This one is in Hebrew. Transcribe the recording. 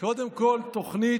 תוכנית